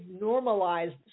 normalized